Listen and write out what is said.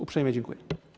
Uprzejmie dziękuję.